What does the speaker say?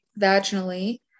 vaginally